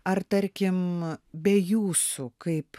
ar tarkim be jūsų kaip